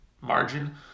margin